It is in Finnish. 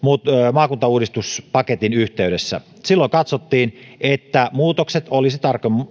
maakuntauudistuspaketin yhteydessä silloin katsottiin että muutokset olisi